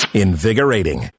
invigorating